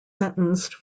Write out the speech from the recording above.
sentenced